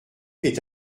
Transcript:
est